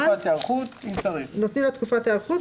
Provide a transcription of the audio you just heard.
חירום --- נותנים לה תקופת היערכות,